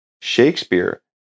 Shakespeare